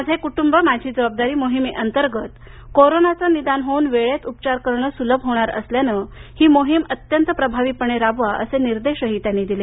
माझे कुटुंब माझी जबाबदारी मोहिमेअंतर्गत कोरोनाचे निदान होवून वेळेत उपचार करणे सुलभ होणार असल्याने ही मोहित अत्यंत प्रभावीपणे राबवा असे निर्देशही त्यांनी दिले